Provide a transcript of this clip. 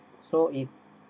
so if